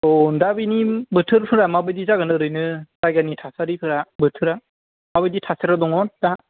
औ दा बिनि बोथोरफोरा माबायदि जागोन ओरैनो जायगानि थासिफोरा बोथोरा माबायदि थासारियाव दङ दा